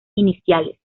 iniciales